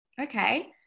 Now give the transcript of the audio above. Okay